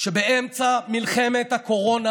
שבאמצעו מלחמת הקורונה.